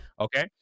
okay